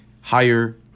higher